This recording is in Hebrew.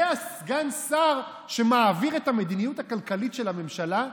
זה סגן שר שמעביר את המדיניות הכלכלית של הממשלה?